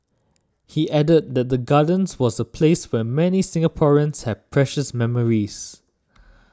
he added that the Gardens was a place where many Singaporeans have precious memories